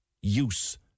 use